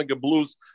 blues